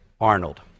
Arnold